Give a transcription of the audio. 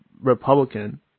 Republican